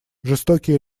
жестокие